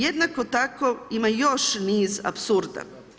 Jednako tako ima još niz apsurda.